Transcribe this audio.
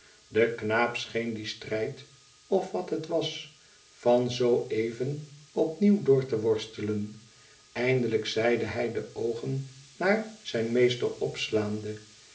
de knaap scheen dien strijd of wat het was van zoo even opnieuw door te worstelen eindelijk zeide hij de oogen naar zijn meester opslaande